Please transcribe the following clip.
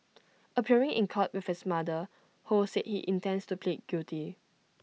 appearing in court with his mother ho said he intends to plead guilty